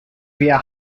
via